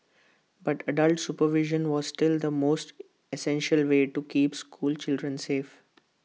but adult supervision was still the most essential way to keep school children safe